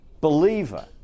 believer